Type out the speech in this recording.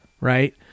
right